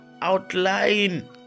outline